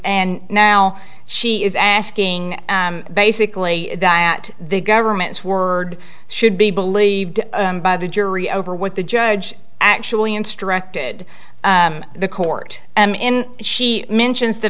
and now she is asking basically that the government's word should be believed by the jury over what the judge actually instructed the court and in she mentions the